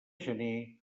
gener